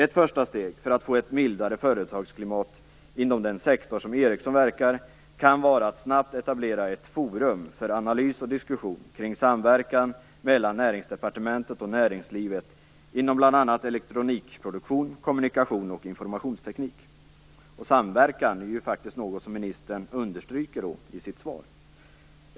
Ett första steg för att få ett mildare företagsklimat inom den sektor som Ericsson verkar kan vara att snabbt etablera ett forum för analys och diskussion kring samverkan mellan Näringsdepartementet och näringslivet inom bl.a. elektronikproduktion, kommunikation och informationsteknik. Samverkan är ju faktiskt något som ministern understryker i sitt svar.